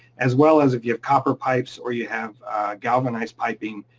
as well as if you have copper pipes or you have galvanized piping,